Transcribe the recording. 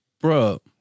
bro